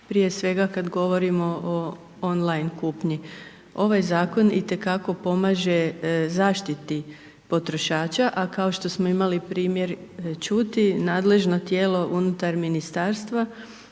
prije svega kad govorimo o online kupnji. Ovaj Zakon itekako pomaže zaštiti potrošača, a kao što smo imali primjer čuti, nadležno tijelo unutar Ministarstva